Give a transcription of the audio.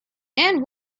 and